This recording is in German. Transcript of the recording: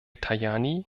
tajani